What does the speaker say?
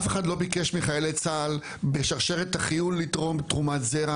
אף אחד לא ביקש מחיילי צה"ל בשרשרת החיול לתרום תרומת זרע,